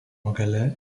gale